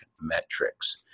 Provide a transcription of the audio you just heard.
Metrics